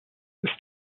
ist